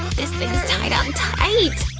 this thing's tied on tight!